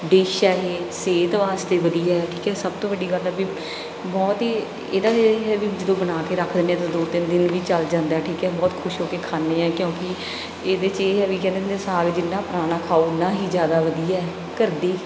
dish ਹੈ ਇਹ ਸਿਹਤ ਵਾਸਤੇ ਵਧੀਆ ਠੀਕ ਹੈ ਸਭ ਤੋਂ ਵੱਡੀ ਗੱਲ ਬਹੁਤ ਹੀ ਇਹਦਾ ਇਹ ਹੈ ਵੀ ਜਦੋਂ ਬਣਾ ਕੇ ਰੱਖ ਦਿੰਦੇ ਹੈ ਤਾਂ ਦੋ ਤਿੰਨ ਦਿਨ ਵੀ ਚਲ ਜਾਂਦਾ ਠੀਕ ਹੈ ਬਹੁਤ ਖੁਸ਼ ਹੋ ਕੇ ਖਾਂਦੇ ਆ ਕਿਉਂਕਿ ਇਹਦੇ 'ਚ ਇਹ ਵੀ ਕਹਿ ਦਿੰਦੇ ਸਾਗ ਜਿੰਨਾਂ ਪੁਰਾਣਾ ਖਾਉ ਉੱਨਾਂ ਹੀ ਜ਼ਿਆਦਾ ਵਧੀਆ ਹੈ ਘਰ ਦੀ